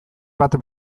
bat